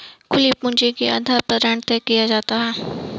खुली पूंजी के आधार पर ऋण तय किया जाता है